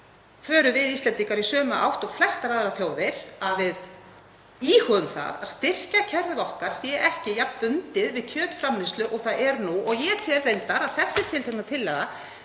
förum við Íslendingar í sömu átt og flestar aðrar þjóðir, að við íhugum að styrkjakerfið okkar sé ekki jafn bundið við kjötframleiðslu og það er nú. Ég tel reyndar að þessi tiltekna tillaga